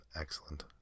excellent